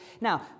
Now